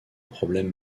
problème